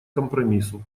компромиссу